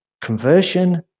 Conversion